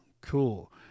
cool